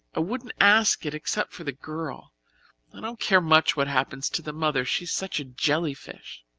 i wouldn't ask it except for the girl i don't care much what happens to the mother she is such a jelly-fish.